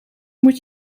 moet